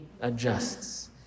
adjusts